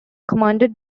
commanded